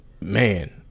Man